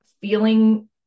feeling